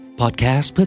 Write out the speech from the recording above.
podcast